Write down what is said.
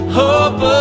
hope